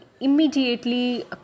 immediately